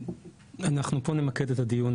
אנחנו פה נמקד את הדיון,